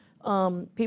People